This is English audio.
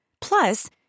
Plus